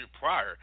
prior